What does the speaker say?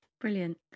brilliant